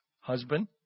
husband